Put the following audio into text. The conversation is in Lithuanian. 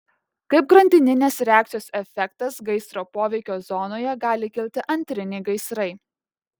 kaip grandininės reakcijos efektas gaisro poveikio zonoje gali kilti antriniai gaisrai